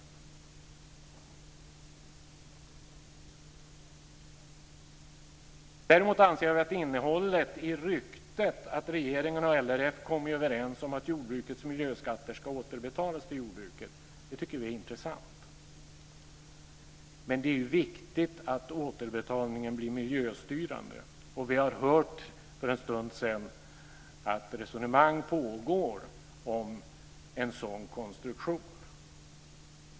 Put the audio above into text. Däremot anser vi att innehållet i ryktet att regeringen och LRF kommit överens om att jordbrukets miljöskatter ska återbetalas till jordbruket är intressant. Det är dock viktigt att återbetalningen blir miljöstyrande. Vi har för en stund sedan hört att det pågår resonemang om en sådan konstruktion.